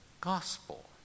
gospel